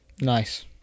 Nice